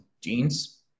genes